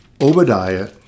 Obadiah